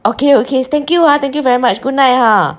okay okay thank you ah thank you very much goodnight hor